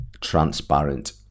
transparent